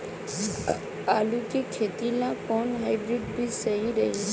आलू के खेती ला कोवन हाइब्रिड बीज सही रही?